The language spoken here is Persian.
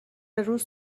روز